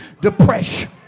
depression